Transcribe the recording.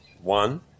one